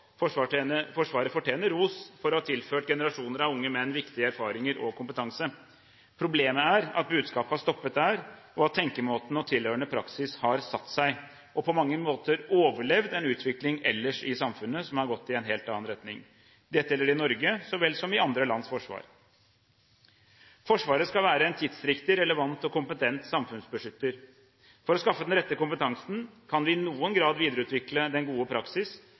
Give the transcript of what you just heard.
fortjener ros for å ha tilført generasjoner av unge menn viktige erfaringer og kompetanse. Problemet er at budskapet har stoppet der, og at tenkemåten og tilhørende praksis har satt seg og på mange måter overlevd en utvikling ellers i samfunnet som har gått i en helt annen retning. Dette gjelder i Norge så vel som i andre lands forsvar. Forsvaret skal være en tidsriktig, relevant og kompetent samfunnsbeskytter. For å skaffe den rette kompetansen kan vi i noen grad videreutvikle den gode praksis,